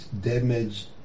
damaged